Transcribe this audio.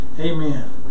Amen